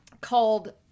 called